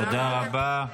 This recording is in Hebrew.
תודה רבה.